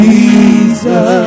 Jesus